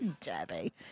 Debbie